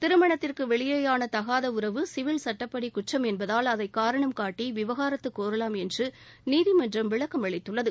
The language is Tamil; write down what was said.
திருமணத்திற்கு வெளியேயான தகாத உறவு சிவில் சுட்டப்படி குற்றம் என்பதால் அதை காரணம்காட்டி விவாகரத்து கோரலாம் என்று நீதிமன்றம் விளக்கம் அளித்துள்ளது